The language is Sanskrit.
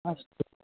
अस्तु